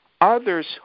others